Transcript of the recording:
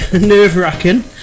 nerve-wracking